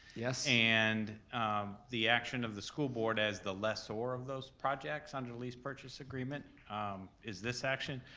yeah and the action of the school board as the lessor of those projects under lease purchase agreement is this action.